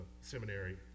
seminary